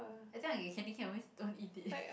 every time I get candy cane I always don't eat it